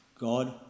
God